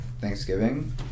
Thanksgiving